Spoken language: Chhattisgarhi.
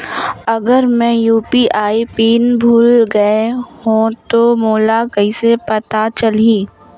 अगर मैं यू.पी.आई पिन भुल गये हो तो मोला कइसे पता चलही?